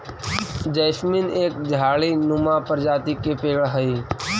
jasmine एक झाड़ी नुमा प्रजाति के पेड़ हई